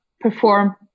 perform